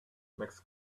makes